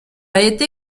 été